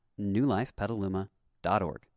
newlifepetaluma.org